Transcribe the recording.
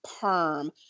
perm